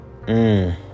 Mmm